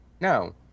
No